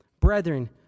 Brethren